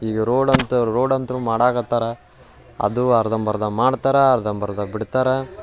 ಈಗ ರೋಡಂತೂ ರೋಡಂತೂ ಮಾಡಕತ್ಯಾರೆ ಅದೂ ಅರ್ಧಂಬರ್ದ ಮಾಡ್ತಾರೆ ಅರ್ಧಂಬರ್ದ ಬಿಡ್ತಾರೆ